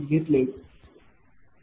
घेतले